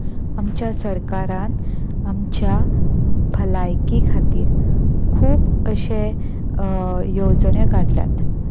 आमच्या सरकारान आमच्या भलायकी खातीर खूब अशें येवजण्यो काडल्यात